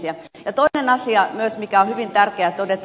ja toinen asia myös mikä on hyvin tärkeä todeta